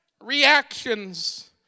reactions